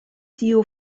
tiu